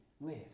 live